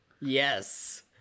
yes